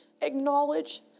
acknowledge